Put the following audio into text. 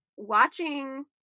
watching